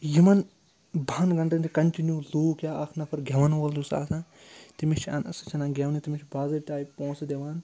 یِمَن بَہن گَنٹَن چھِ کَنٹِنیوٗ لوٗکھ یا اَکھ نَفَر گٮ۪وَن وول یُس آسان تمِس چھِ سُہ چھِ اَنان گٮ۪و نہٕ تٔمِس چھِ بازٲرۍ تایہِ پۄنٛسہٕ دِوا